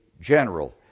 general